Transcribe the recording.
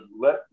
let